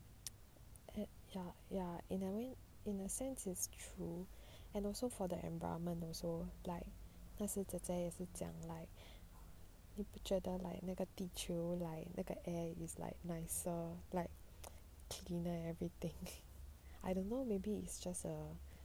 ya ya in a way in a sense is true and also for the environment also like 那时姐姐也是讲 like 你不觉得 like 那个地球 like 那个 air is like nicer like cleaner and everything I don't know maybe it's just a